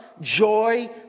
joy